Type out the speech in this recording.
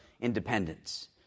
independence